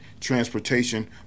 transportation